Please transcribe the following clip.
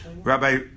Rabbi